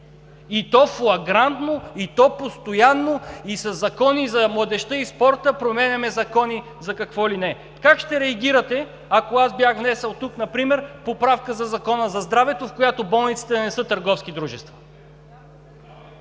и то флагрантно, и то постоянно, и то със Закон за младежта и спорта, променяме закони за какво ли не? Как ще реагирате, ако аз бях внесъл тук например поправка за Закона за здравето, в която болниците не са търговски дружества?